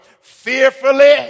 fearfully